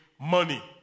money